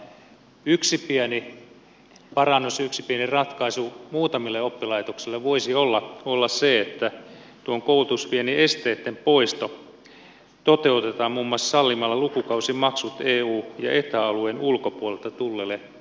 yksi pieni parannus yksi pieni ratkaisu muutamille oppilaitoksille voisi olla se että tuon koulutusviennin esteitten poisto toteutetaan muun muassa sallimalla lukukausimaksut eu ja eta alueen ulkopuolelta tulleille opiskelijoille